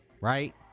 right